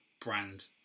brand